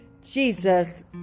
Jesus